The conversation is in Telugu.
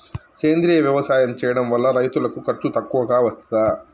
సేంద్రీయ వ్యవసాయం చేయడం వల్ల రైతులకు ఖర్చు తక్కువగా వస్తదా?